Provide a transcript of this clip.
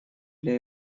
для